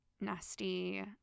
nasty